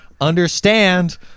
understand